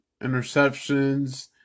interceptions